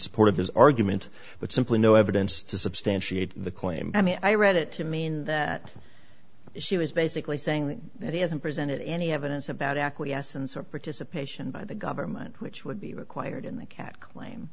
support of his argument but simply no evidence to substantiate the claim i mean i read it to mean that she was basically saying that he hasn't presented any evidence about acquiescence or participation by the government which would be required in the cat claim